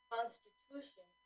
Constitution